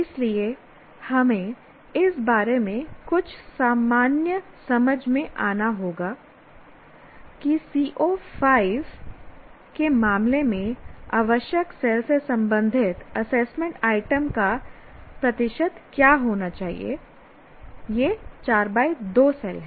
इसलिए हमें इस बारे में कुछ सामान्य समझ में आना होगा कि CO 5 के मामले में आवश्यक सेल से संबंधित असेसमेंट आइटम का प्रतिशत क्या होना चाहिए यह 4 2 है